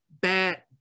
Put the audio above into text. bad